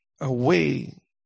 away